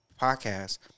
podcast